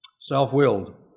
Self-willed